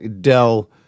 Dell